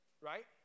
Right